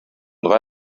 drei